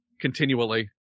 continually